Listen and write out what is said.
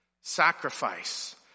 Sacrifice